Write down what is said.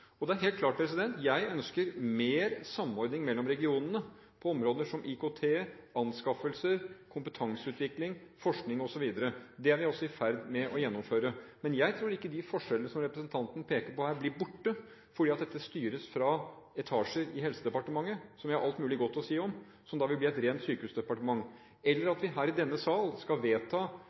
osv. Det er helt klart, og det er vi også i ferd med å gjennomføre. Men jeg tror ikke de forskjellene som representanten peker på her, blir borte ved at dette styres fra etasjer i Helsedepartementet – som jeg har alt mulig godt å si om – som da ville bli et rent sykehusdepartement, eller ved at vi her i denne sal skal vedta